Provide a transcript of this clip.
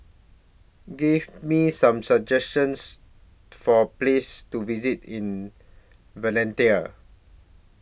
Give Me Some suggestions For Places to visit in Valletta